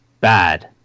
bad